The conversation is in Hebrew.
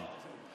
הרי.